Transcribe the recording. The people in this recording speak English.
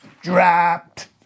dropped